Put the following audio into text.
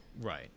Right